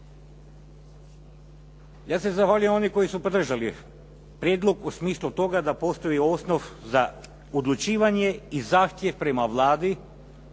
Ja se zahvaljujem onima koji su podržali prijedlog u smislu toga da postoji osnov za odlučivanje i zahtjev prema Vladi